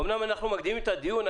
אומנם אנחנו מקדימים את הדיון,